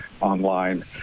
online